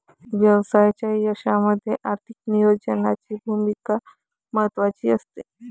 व्यवसायाच्या यशामध्ये आर्थिक नियोजनाची भूमिका महत्त्वाची असते